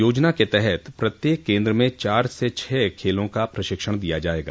योजना के तहत प्रत्येक केन्द्र में चार से छह खेलों का प्रशिक्षण दिया जाएगा